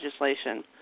legislation